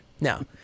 No